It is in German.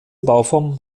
bauform